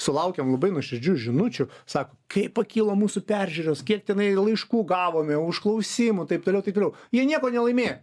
sulaukėm labai nuoširdžių žinučių sako kaip pakilo mūsų peržiūros kiek tenai laiškų gavome užklausimų taip toliau taip toliau jie nieko nelaimėjo